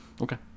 Okay